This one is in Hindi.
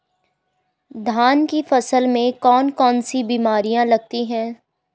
धान की फसल में कौन कौन सी बीमारियां लगती हैं?